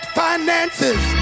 finances